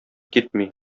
китми